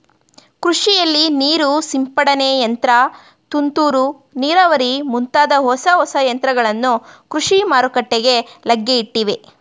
ಕೃಷಿಯಲ್ಲಿ ನೀರು ಸಿಂಪಡನೆ ಯಂತ್ರ, ತುಂತುರು ನೀರಾವರಿ ಮುಂತಾದ ಹೊಸ ಹೊಸ ಯಂತ್ರಗಳು ಕೃಷಿ ಮಾರುಕಟ್ಟೆಗೆ ಲಗ್ಗೆಯಿಟ್ಟಿವೆ